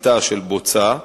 בבוצה,